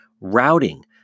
routing